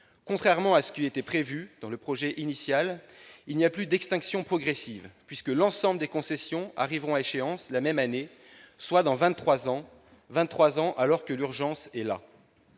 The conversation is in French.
contrairement à ce qui était prévu dans le projet initial. Il n'y a plus d'extinction progressive, puisque l'ensemble des concessions arriveront à échéance la même année, soit dans vingt-trois ans :